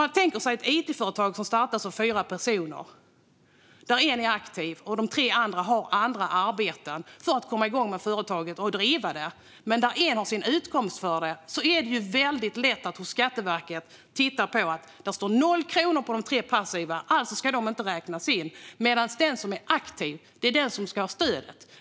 Man kan tänka sig ett it-företag som startas av fyra personer där en är aktiv och de tre övriga har andra arbeten för att komma igång med företaget och driva det. En av dem har alltså sin utkomst av det. Det vore väldigt lätt för Skatteverket att titta på det här. Det står 0 kronor på de tre passiva. Alltså ska de inte räknas in. Det är den som är aktiv som ska ha stödet.